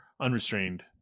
unrestrained